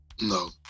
No